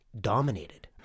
dominated